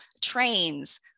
trains